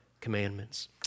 commandments